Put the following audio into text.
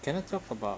can I talk about